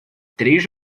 três